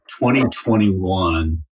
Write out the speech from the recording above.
2021